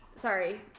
Sorry